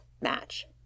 match